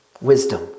Wisdom